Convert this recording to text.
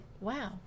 wow